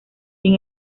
sin